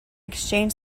exchanged